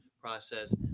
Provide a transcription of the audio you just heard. process